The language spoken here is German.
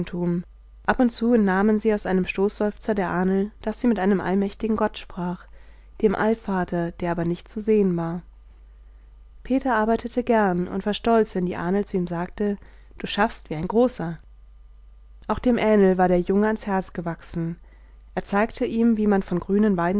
ab und zu entnahmen sie aus einem stoßseufzer der ahnl daß sie mit einem allmächtigen gott sprach dem allvater der aber nicht zu sehen war peter arbeitete gern und war stolz wenn die ahnl zu ihm sagte du schaffst wie ein großer auch dem ähnl war der junge ans herz gewachsen er zeigte ihm wie man von grünen